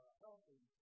healthy